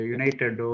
United